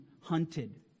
hunted